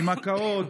עם הקאות,